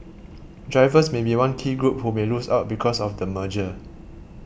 drivers may be one key group who may lose out because of the merger